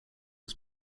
was